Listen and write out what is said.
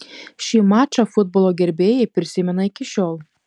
šį mačą futbolo gerbėjai prisimena iki šiol